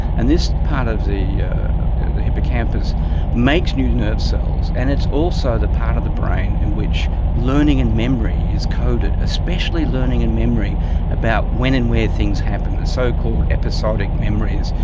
and this part of the the hippocampus makes new nerve cells and it's also the part of the brain in which learning and memory is coded, especially learning and memory about when and where things happen, so-called episodic memory.